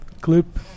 Clip